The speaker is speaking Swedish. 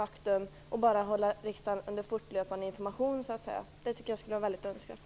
Man skall i sin fortlöpande information inte bara ställa riksdagen inför fullbordat faktum.